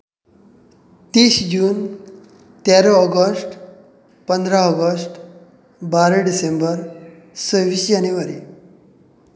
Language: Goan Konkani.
तीस जून तेरा ऑगस्ट पंदरा ऑगस्ट बारा डिसेंबर सव्वीस जानेवारी